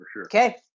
Okay